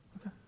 Okay